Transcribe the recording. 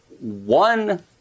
one